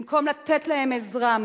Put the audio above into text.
במקום לתת להם עזרה,